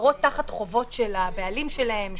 הדברים.